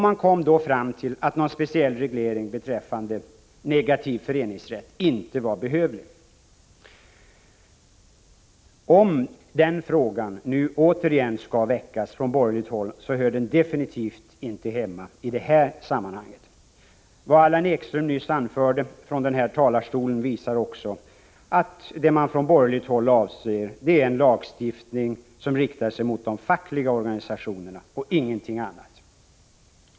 Man kom då fram till att någon speciell reglering beträffande negativ föreningsrätt inte var behövlig. Om den frågan återigen väcks på borgerligt håll, vill jag understryka att den absolut inte hör hemma i detta sammanhang. Vad Allan Ekström nyss anförde från talarstolen visar också att man på borgerligt håll avser en lagstiftning, som riktar sig mot de fackliga organisationerna — och ingenting annat.